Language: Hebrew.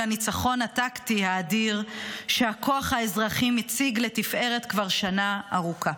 הניצחון הטקטי האדיר שהכוח האזרחי מציג לתפארת כבר שנה ארוכה.